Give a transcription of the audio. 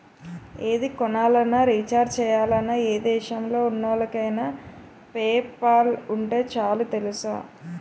ఏది కొనాలన్నా, రీచార్జి చెయ్యాలన్నా, ఏ దేశంలో ఉన్నోళ్ళకైన పేపాల్ ఉంటే చాలు తెలుసా?